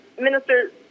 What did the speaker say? Minister